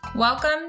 Welcome